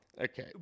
Okay